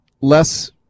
less